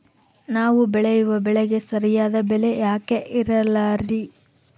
ನಾವು ಬೆಳೆಯುವ ಬೆಳೆಗೆ ಸರಿಯಾದ ಬೆಲೆ ಯಾಕೆ ಇರಲ್ಲಾರಿ?